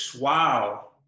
wow